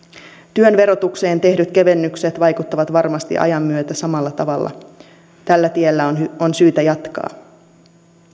työn verotukseen tehdyt kevennykset vaikuttavat varmasti ajan myötä samalla tavalla tällä tiellä on on syytä jatkaa